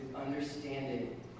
understanding